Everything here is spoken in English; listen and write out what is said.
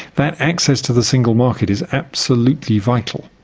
that access to the single market is absolutely vital.